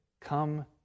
Come